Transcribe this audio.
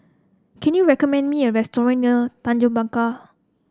can you recommend me a restaurant near Tanjong Penjuru